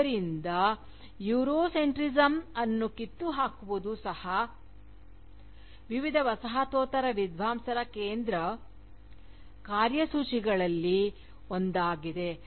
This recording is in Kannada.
ಆದ್ದರಿಂದ ಯೂರೋಸೆಂಟ್ರಿಸಮ್ ಅನ್ನು ಕಿತ್ತುಹಾಕುವುದು ಸಹ ವಿವಿಧ ವಸಾಹತೋತ್ತರ ವಿದ್ವಾಂಸರ ಕೇಂದ್ರ ಕಾರ್ಯಸೂಚಿಗಳಲ್ಲಿ ಒಂದಾಗಿದೆ